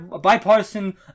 bipartisan